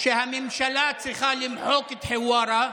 שהממשלה צריכה למחוק את חווארה,